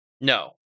No